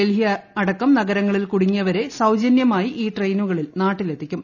ഡൽഹി അടക്കം നഗരങ്ങളിൽ കൂടുങ്ങിയവരെ സൌജന്യമായി ഈ ട്രെയിനുകളിൽ നാട്ടിലെത്തിക്കും